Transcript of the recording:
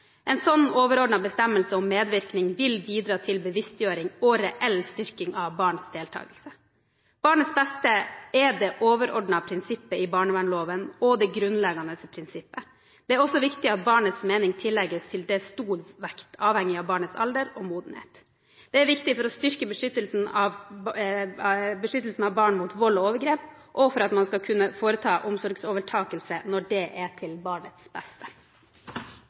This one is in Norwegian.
En sånn overordnet bestemmelse om medvirkning vil bidra til bevisstgjøring og reell styrking av barns deltakelse. «Barnets beste» er det overordnede prinsippet i barnevernloven og det grunnleggende prinsippet. Det er også viktig at barnets mening tillegges til dels stor vekt, avhengig av barnets alder og modenhet. Det er viktig for å styrke beskyttelsen av barn mot vold og overgrep, og for at man skal kunne foreta omsorgsovertakelse når det er til barnets beste.